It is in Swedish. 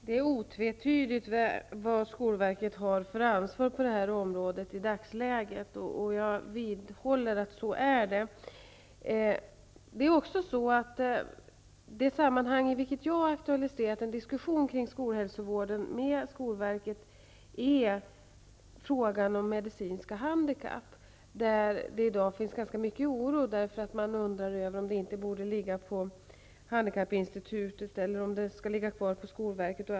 Herr talman! Skolverkets ansvar på det här området är otvetydigt i dagsläget. Jag vidhåller att det är så. Jag har aktualiserat en diskussion kring skolhälsovården med skolverket om frågan om medicinska handikapp. Där råder i dag stor oro, eftersom man undrar om ansvaret skall ligga på Handikappinstitutet eller skolverket.